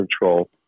control